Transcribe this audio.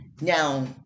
Now